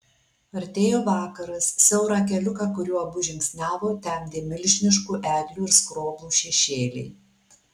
artėjo vakaras siaurą keliuką kuriuo abu žingsniavo temdė milžiniškų eglių ir skroblų šešėliai